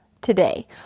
today